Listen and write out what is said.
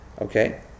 Okay